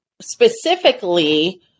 Specifically